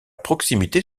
proximité